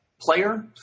player